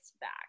back